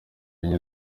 enye